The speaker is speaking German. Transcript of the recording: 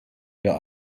mir